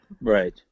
Right